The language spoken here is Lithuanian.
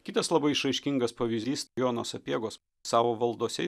kitas labai išraiškingas pavyzdys jono sapiegos savo valdose